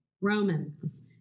Romans